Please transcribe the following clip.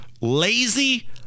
lazy